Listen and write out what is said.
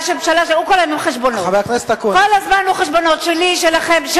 הוא כל הזמן עם חשבונות, שלי, שלכם.